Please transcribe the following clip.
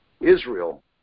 Israel